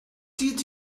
did